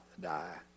die